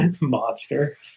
monster